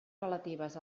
relatives